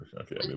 Okay